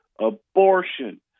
abortion